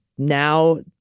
now